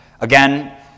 Again